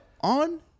on